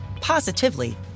positively